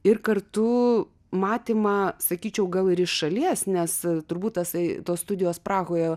ir kartu matymą sakyčiau gal ir iš šalies nes turbūt tasai tos studijos prahoje